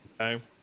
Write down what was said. Okay